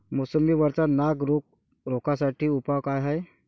मोसंबी वरचा नाग रोग रोखा साठी उपाव का हाये?